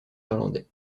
irlandais